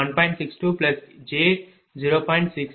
u1